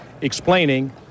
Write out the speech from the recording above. explaining